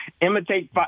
imitate